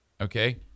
Okay